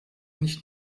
nicht